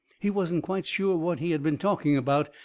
he wasn't quite sure what he had been talking about,